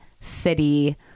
city